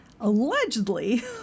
Allegedly